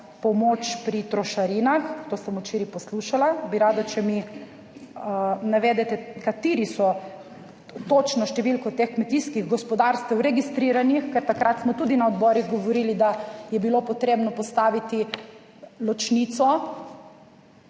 pomoč pri trošarinah, to sem včeraj poslušala, bi rada, če mi navedete kateri so, točno številko teh kmetijskih gospodarstev registriranih, ker takrat smo tudi na odborih govorili, da je bilo potrebno postaviti ločnico